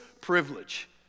privilege